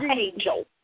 angel